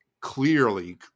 clearly